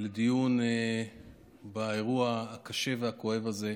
לדיון באירוע הקשה והכואב הזה.